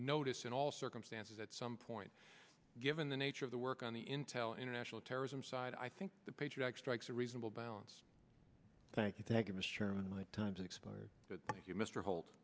notice in all circumstances at some point given the nature of the work on the intel international terrorism side i think the patriot act strikes a reasonable balance thank you thank you mr chairman my time to explore that thank you mr hol